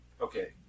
okay